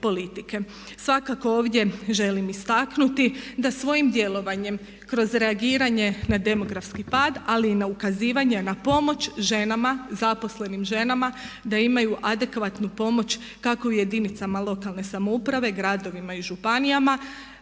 Svakako ovdje želim istaknuti da svojim djelovanjem kroz reagiranje na demografski pad, ali i na ukazivanje na pomoć ženama, zaposlenim ženama da imaju adekvatnu pomoć kako u jedinicama lokalne samouprave, gradovima i županijama,